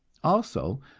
also,